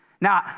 Now